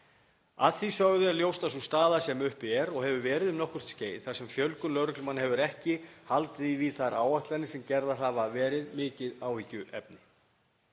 Að því sögðu er ljóst að sú staða sem uppi er og hefur verið um nokkurt skeið, þar sem fjölgun lögreglumanna hefur ekki haldið í við þær áætlanir sem gerðar hafa verið, er mikið áhyggjuefni.